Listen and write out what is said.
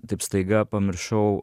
taip staiga pamiršau